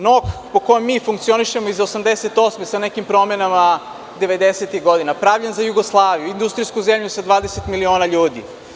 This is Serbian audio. NOK po kome mi funkcionišemo iz 1988. godine sa nekim promenama devedesetih godina, pravljen za Jugoslaviju, za industrijsku zemlju sa 20 miliona ljudi.